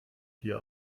hier